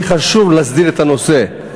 לי חשוב להסדיר את הנושא.